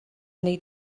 wnei